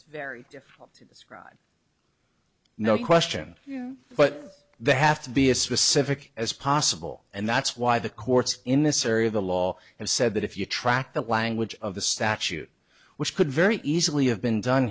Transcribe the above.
's very difficult to describe no question but they have to be as specific as possible and that's why the courts in this area of the law has said that if you track the language of the statute which could very easily have been done